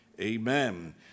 amen